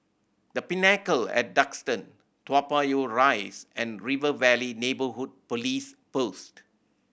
The Pinnacle at Duxton Toa Payoh Rise and River Valley Neighbourhood Police Post